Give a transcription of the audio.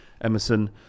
Emerson